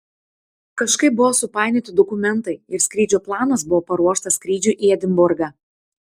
kažkaip buvo supainioti dokumentai ir skrydžio planas buvo paruoštas skrydžiui į edinburgą